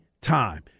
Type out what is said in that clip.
time